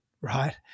right